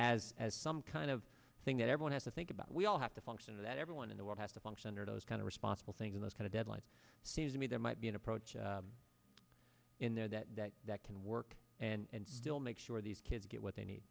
as as some kind of thing that everyone has to think about we all have to function that everyone in the world has to function under those kind of responsible things in those kind of deadlines seems to me there might be an approach in there that that that can work and still make sure these kids get what they need